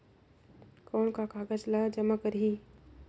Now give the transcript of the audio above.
कौन का कागज ला जमा करी?